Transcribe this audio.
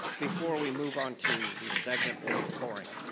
before we move on to the segment for the pouring